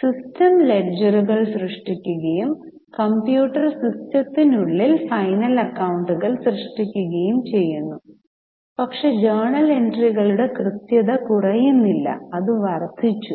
system ലെഡ്ജറുകൾ സൃഷ്ടിക്കുകയും computer സിസ്റ്റത്തിനുള്ളിൽ ഫൈനൽ അക്കൌണ്ടുകൾ സൃഷ്ടിക്കുകയും ചെയ്യുന്നു പക്ഷേ ജേണൽ എൻട്രികളുടെ കൃത്യത കുറയുന്നില്ല അത് വർദ്ധിച്ചു